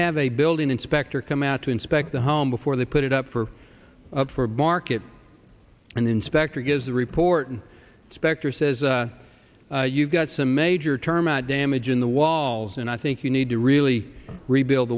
have a building inspector come out to inspect the home before they put it up for up for barket and inspector gives the report and specter says you've got some major termite damage in the walls and i think you need to really rebuild